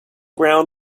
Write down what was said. ground